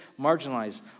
marginalized